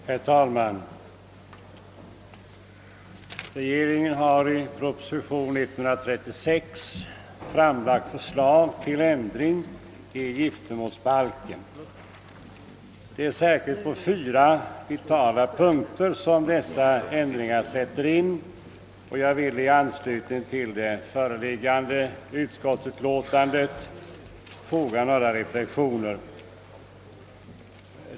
Herr talman! Regeringen har i proposition nr 136 framlagt förslag till ändring i giftermålsbalken. Det är särskilt på fyra vitala punkter som dessa ändringar sätter in. Jag vill i anslutning till det föreliggande utskottsutlåtandet foga några reflexioner.